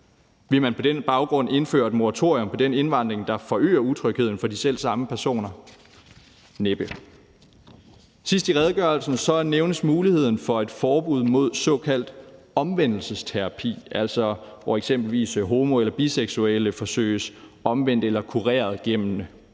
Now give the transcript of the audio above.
Vil man på den baggrund indføre et moratorium for den indvandring, der forøger utrygheden for de selv samme personer? Næppe. Sidst i redegørelsen nævnes muligheden for et forbud mod såkaldt omvendelsesterapi, hvor f.eks. homo- og biseksuelle forsøges omvendt eller kureret gennem eksempelvis